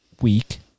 Week